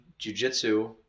jujitsu